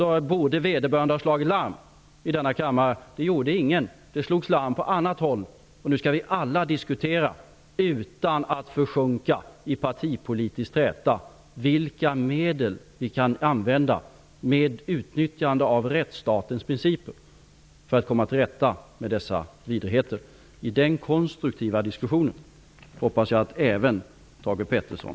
Ämnar statsministern vidta någon åtgärd för att försäkra sig om att han i framtiden är bättre underrättad om vad som händer i riksdagen?